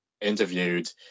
interviewed